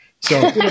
So-